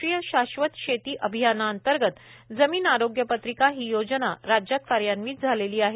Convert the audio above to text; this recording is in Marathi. राष्ट्रीय शाश्वत शेती अभियानांतर्गत जमिन आरोग्य पत्रिका ही योजना राज्यात कार्यान्वीत झालेली आहे